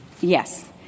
Yes